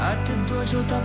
atiduočiau tau